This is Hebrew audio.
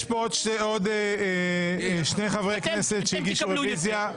יש עוד שני חברי כנסת שהגישו רוויזיה.